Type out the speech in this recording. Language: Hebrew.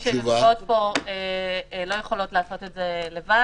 נציגות משרד המשפטים שיושבות פה לא יכולות לעשות את זה לבד,